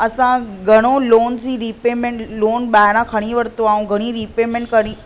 असां घणो लोन्स जी रीपेमेंट लोन ॿाहिरां खणी वरितो ऐं घणी रीपेमेंट कईं